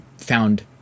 found